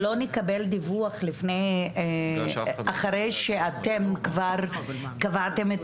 נקבל דיווח אחרי שאתם כבר קבעתם את